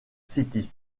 city